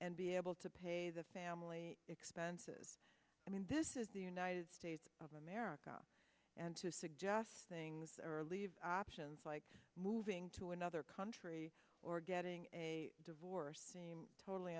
and be able to pay the family expenses i mean this is the united states of america and to suggest things or leave options like moving to another country or getting a divorce seem totally